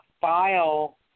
file